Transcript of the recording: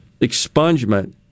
expungement